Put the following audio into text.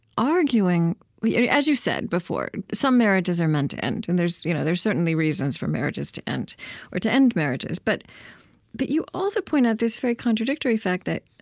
arguing as you said before, some marriages are meant to end. and there's you know there's certainly reasons for marriages to end or to end marriages. but but you also point out this very contradictory fact that